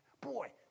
Boy